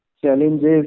Challenges